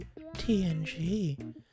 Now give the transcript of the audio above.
TNG